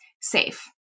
safe